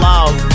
Love